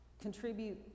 contribute